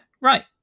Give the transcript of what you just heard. right